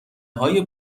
های